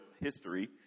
history